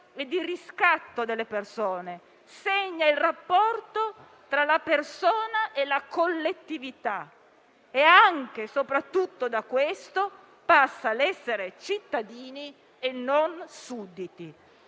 e riscatto delle persone, perché segna il rapporto tra la persona e la collettività ed è anche e soprattutto da questo che passa l'essere cittadini e non sudditi.